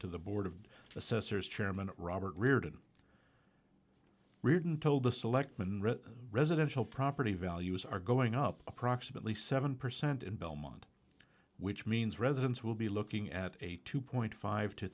to the board of assessors chairman robert riordan reardon told the selectmen residential property values are going up approximately seven percent in belmont which means residents will be looking at a two point five to